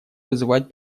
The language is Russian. вызывать